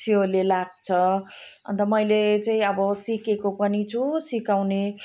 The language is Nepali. सियोले लाग्छ अन्त मैले चाहिँ अब सिकेको पनि छु सिकाउने